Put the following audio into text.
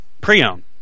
Pre-owned